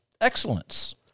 excellence